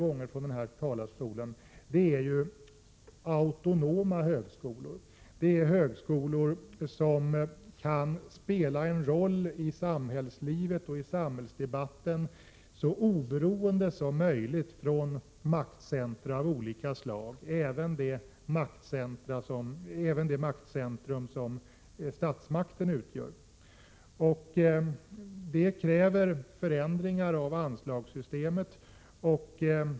Det har jag sagt flera gånger tidigare från denna talarstol. Vi vill ha högskolor som kan spela en roll i samhällslivet och samhällsdebatten så oberoende som möjligt av maktcentra av olika slag, även det maktcentrum som statsmakten utgör. Det kräver förändringar av anslagssystemet.